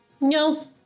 No